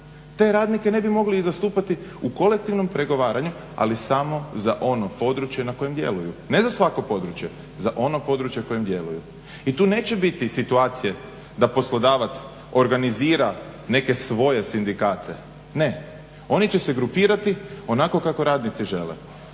te radnike ne bi mogli zastupati u kolektivnom pregovaranju, ali samo za ono područje na kojem djeluju, ne za svako područje. Za ono područje na kojem djeluju. I tu neće biti situacije da poslodavac organizira neke svoje sindikate, ne. Oni će se grupirati onako kako radnici žele.